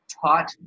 taught